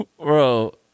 Bro